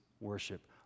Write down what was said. worship